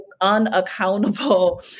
unaccountable